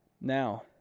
Now